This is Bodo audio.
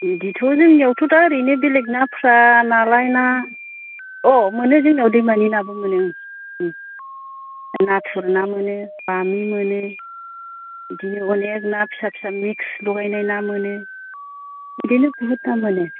बिदिथ' जोंनियाव दा ओरैनो बेलेग नाफ्रा नालाय ना अह मोनो जोंनाव दैमानि नाबो मोनो उम नाथुर ना मोनो बामि मोनो बिदिनो अनेक ना फिसा फिसा मिक्स लगायनाय ना मोनो बेनो बुहुतथा मोनो